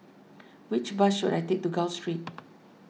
which bus should I take to Gul Street